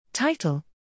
Title